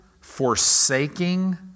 forsaking